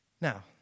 Now